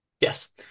Yes